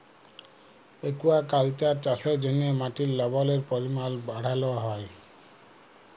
aquaculture চাষের জ্যনহে মাটির লবলের পরিমাল বাড়হাল হ্যয়